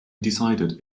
decided